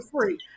free